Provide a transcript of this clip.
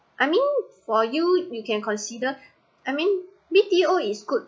I mean for you you can consider I mean B_T_O is good